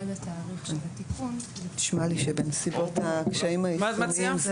נשמע לי שבנסיבות הקשיים היישומיים,